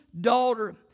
daughter